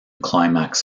climax